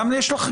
למשל,